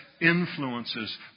influences